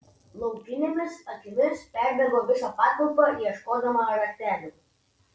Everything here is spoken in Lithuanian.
laukinėmis akimis perbėgo visą patalpą ieškodama raktelių